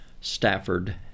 Stafford